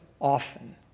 often